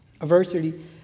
adversity